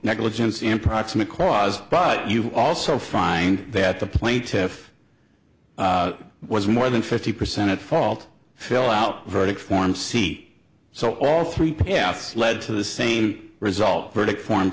negligence and proximate cause but you also find that the plaintiff was more than fifty percent at fault fill out verdict form seat so all three paths lead to the same result verdict form